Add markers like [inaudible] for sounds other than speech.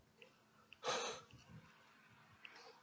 [laughs]